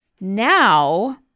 Now